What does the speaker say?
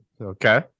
Okay